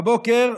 בבוקר,